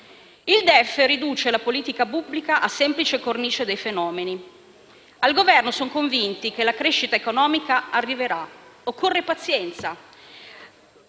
Il DEF riduce la politica pubblica a semplice cornice dei fenomeni. Al Governo sono convinti che la crescita economica arriverà, occorre pazienza.